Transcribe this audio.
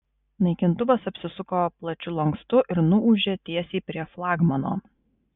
naikintuvas apsisuko plačiu lankstu ir nuūžė tiesiai prie flagmano